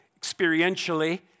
experientially